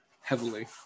heavily